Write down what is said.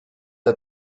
der